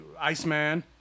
Iceman